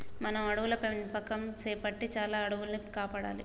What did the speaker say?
మనం అడవుల పెంపకం సేపట్టి చాలా అడవుల్ని కాపాడాలి